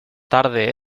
tarde